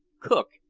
cook,